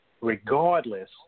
regardless